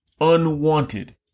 unwanted